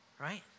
Right